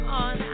on